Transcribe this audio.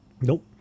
Nope